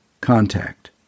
contact